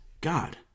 God